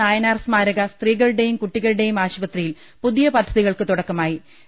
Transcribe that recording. നായനാർ സ്മാരക സ്ത്രീകളു ടെയും കുട്ടികളുടെയും ആശുപത്രിയിൽ പുതിയ പദ്ധതികൾക്ക് തുടക്ക മായി